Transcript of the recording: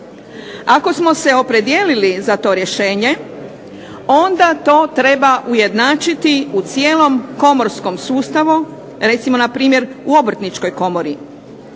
Ako smo se opredijelili za to rješenje onda to treba ujednačiti u cijelom komorskom sustavu, recimo npr. u Obrtničkoj komori.